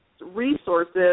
resources